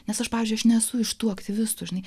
nes aš pavyzdžiui aš nesu iš tų aktyvistų žinai